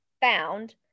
found